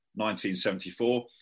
1974